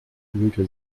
fühlte